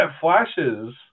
flashes